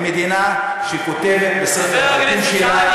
למדינה שכותבת בספר החוקים שלה "בכוח".